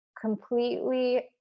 completely